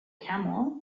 camel